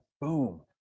Boom